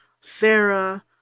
Sarah